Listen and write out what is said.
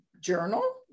journal